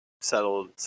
settled